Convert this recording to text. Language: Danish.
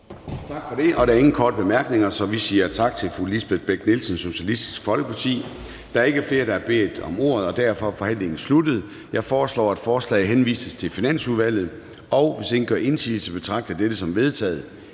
Tak for det. Der er ingen korte bemærkninger, så vi siger tak til fru Lisbeth Bech-Nielsen, Socialistisk Folkeparti. Da der ikke er flere, der har bedt om ordet, er forhandlingen sluttet. Jeg foreslår, at forslaget til folketingsbeslutning henvises til Finansudvalget. Hvis ingen gør indsigelse, betragter jeg dette som vedtaget.